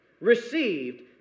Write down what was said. received